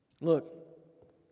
Look